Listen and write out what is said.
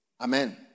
Amen